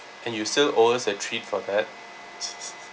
and you still owe us a treat for that